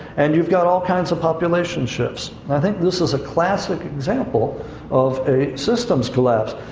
and you've got all kinds of population shifts. and i think this is a classic example of a systems collapse.